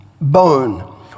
bone